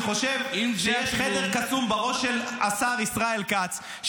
אני חושב שיש חדר קסום בראש של השר ישראל כץ,